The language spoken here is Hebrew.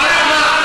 מהרמה,